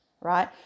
right